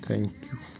thank you